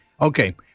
Okay